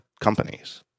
companies